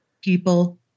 people